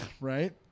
Right